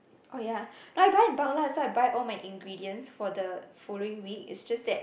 oh ya I buy in bulk lah so I buy all my ingredients for the following week it's just that